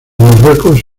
marruecos